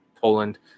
Poland